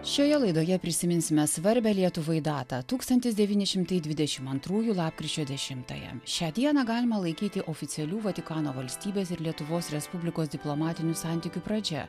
šioje laidoje prisiminsime svarbią lietuvai datą tūkstantis devyni šimtai dvidešim antrųjų lapkričio dešimtąją šią dieną galima laikyti oficialių vatikano valstybės ir lietuvos respublikos diplomatinių santykių pradžia